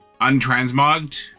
untransmogged